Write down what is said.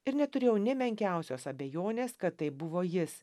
ir neturėjau nė menkiausios abejonės kad tai buvo jis